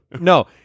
No